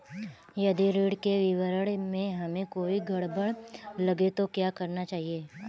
यदि ऋण के विवरण में हमें कोई गड़बड़ लगे तो क्या करना चाहिए?